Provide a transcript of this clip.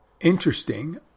interesting